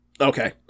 Okay